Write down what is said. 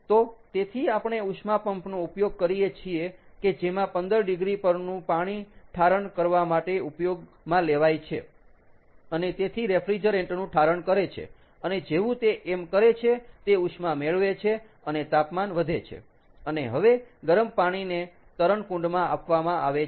તો તેથી આપણે ઉષ્મા પંપ નો ઉપયોગ કરીએ છીએ કે જેમાં 15 ડિગ્રી પરનું પાણી ઠારણ કરવા માટે ઉપયોગમાં લેવાય છે અને તેથી રેફ્રિજરેન્ટ નું ઠારણ કરે છે અને જેવું તે એમ કરે છે તે ઉષ્મા મેળવે છે અને તાપમાન વધે છે અને હવે ગરમ પાણીને તરણકુંડમાં આપવામાં આવે છે